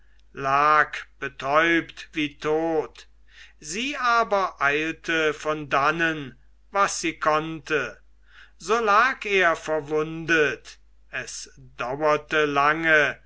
lag betäubt wie tot sie aber eilte von dannen was sie konnte so lag er verwundet es dauerte lange